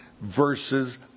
versus